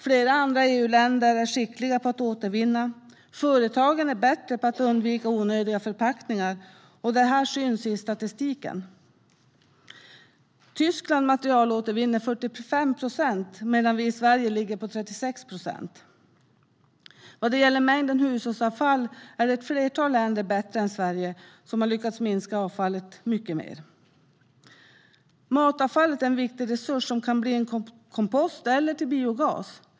Flera andra EU-länder är skickliga på att återvinna, och företagen är bättre på att undvika onödiga förpackningar. Det syns i statistiken. Tyskland materialåtervinner 45 procent, medan vi i Sverige ligger på 36 procent. Vad gäller mängden hushållsavfall är ett flertal länder bättre än Sverige och har lyckats minska avfallet mycket mer. Matavfallet är en viktig resurs som kan bli kompost eller biogas.